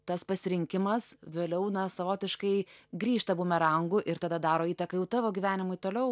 tas pasirinkimas vėliau na savotiškai grįžta bumerangu ir tada daro įtaką jau tavo gyvenimui toliau